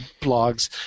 blogs